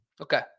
Okay